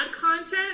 content